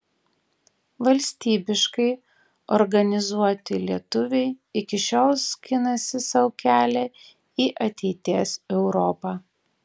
valstybiškai organizuoti lietuviai iki šiol skinasi sau kelią į ateities europą